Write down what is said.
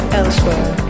elsewhere